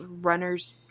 Runners